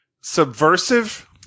subversive